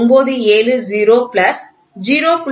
970 plus 0